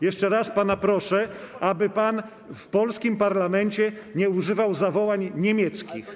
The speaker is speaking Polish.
Jeszcze raz pana proszę, aby pan w polskim parlamencie nie używał zawołań niemieckich.